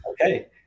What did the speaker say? Okay